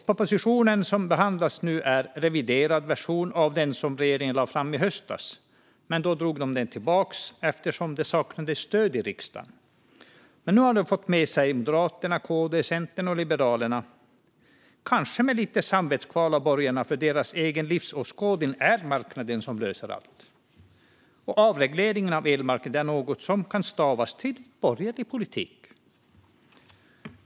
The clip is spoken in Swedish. Propositionen som nu behandlas är en reviderad version av den som regeringen lade fram i höstas. Då drogs den tillbaka eftersom det saknades stöd i riksdagen. Nu har de fått med sig Moderaterna, Kristdemokraterna, Centern och Liberalerna. Kanske har borgarna lite samvetskval eftersom deras livsåskådning är att marknaden löser allt, och avreglering av elmarknaden är något som kan stavas borgerlig politik.